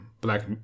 black